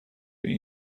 این